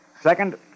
Second